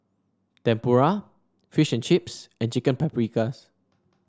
Tempura Fish and Chips and Chicken Paprikas